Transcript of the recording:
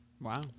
wow